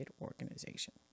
organization